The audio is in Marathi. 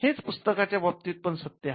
हेच पुस्तकांच्या बाबतीत पण सत्य आहे